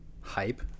Hype